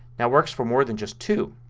now it works for more than just two.